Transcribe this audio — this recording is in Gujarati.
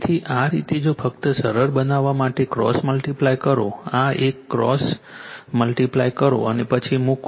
તેથી આ રીતે જો ફક્ત સરળ બનાવવા માટે ક્રોસ મલ્ટીપ્લાય કરો આ એક ક્રોસ મલ્ટીપ્લાય કરો અને પછી મૂકો